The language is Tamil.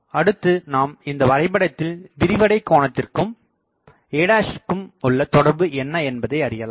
அடுத்து நாம் இந்த வரைபடத்தில் விரிவடை கோணத்திற்கும் a க்கும் உள்ள தொடர்பு என்ன என்பதை அறியலாம்